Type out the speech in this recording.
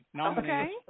Okay